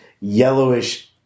yellowish